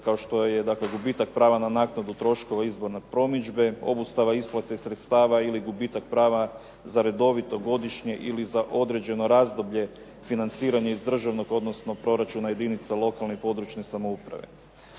kao što je dakle gubitak prava na naknadu troškova izborne promidžbe, obustava isplate sredstava ili gubitak prava za redovito godišnje ili za određeno razdoblje financiranje iz državnog odnosno proračuna jedinica lokalne i područne samouprave.